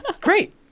great